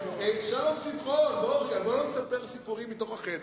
שלום שמחון, בוא לא נספר סיפורים מתוך החדר.